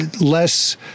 less